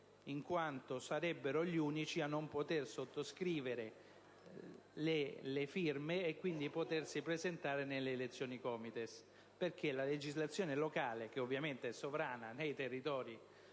in quanto sarebbero gli unici a non poter sottoscrivere le liste, quindi a non potersi presentare nelle elezioni COMITES. Ciò, perché la legislazione locale, che ovviamente è sovrana nei territori